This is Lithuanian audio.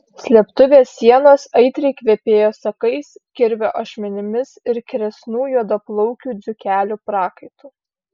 slėptuvės sienos aitriai kvepėjo sakais kirvio ašmenimis ir kresnų juodaplaukių dzūkelių prakaitu